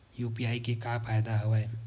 UPI के का फ़ायदा हवय?